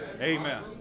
Amen